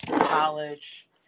college